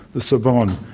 the sorbonne,